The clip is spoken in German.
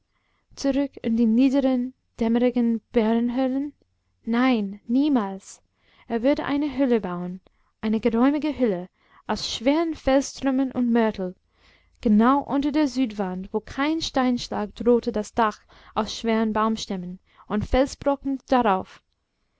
zurück in die niederen dämmerigen bärenhöhlen nein niemals er würde eine höhle bauen eine geräumige höhle aus schweren felstrümmern und mörtel genau unter der südwand wo kein steinschlag drohte das dach aus schweren baumstämmen und felsbrocken darauf